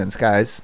guys